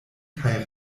kaj